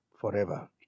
forever